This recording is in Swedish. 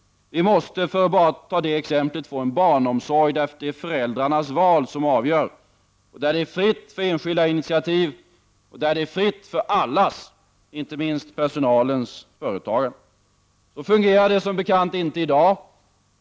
Vi måste, för att ta ett exempel, få en barnomsorg där det är föräldrarnas val som avgör, där det är fritt för enskilda initiativ och där det är fritt för allas, inte minst personalens, företagande. Så fungerar det som bekant inte i dag.